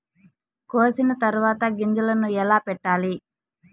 కోసిన తర్వాత గింజలను ఎలా పెట్టాలి